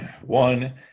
One